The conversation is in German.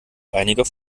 einiger